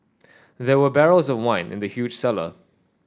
there were barrels of wine in the huge cellar